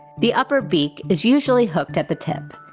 the upper beak is usually hooked at the tip.